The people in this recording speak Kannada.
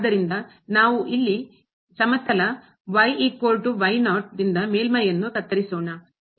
ಆದ್ದರಿಂದ ನಾವು ಇಲ್ಲಿ ಪ್ಲೇನ್ ಸಮತಲ ಪ್ಲೇನ್ ದಿಂದ ಮೇಲ್ಮೈಯನ್ನು ಕತ್ತರಿಸೋಣ